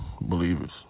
Believers